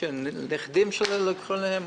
או שהנכדים שלהם לוקחים להם,